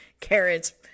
Carrots